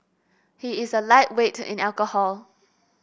he is a lightweight in alcohol